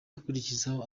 akurikizaho